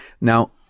now